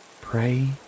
pray